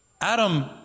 Adam